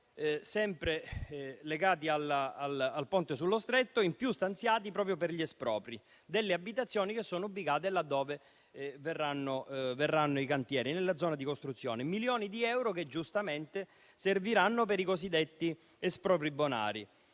sempre legati al Ponte sullo Stretto, stanziati per gli espropri delle abitazioni che sono ubicate dove verranno realizzati i cantieri, ossia nella zona di costruzione; milioni di euro che giustamente serviranno per i cosiddetti espropri bonari,